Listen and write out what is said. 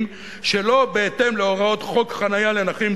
שלא בהתאם להוראות חוק חנייה לנכים,